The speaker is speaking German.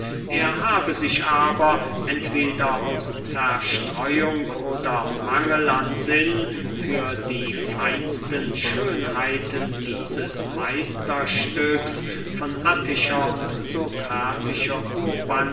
er habe sich aber entweder aus zerstreuung oder mangel an sinn für die feinsten schönheiten dieses meisterstücks von attischer und